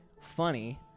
funny